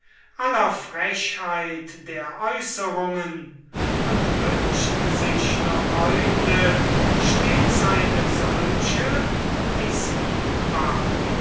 aller frechheit der aeußerungen und wünscht sich noch heute stets eine solche obgleich sie nie